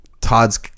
todd's